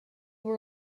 were